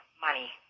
money